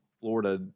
Florida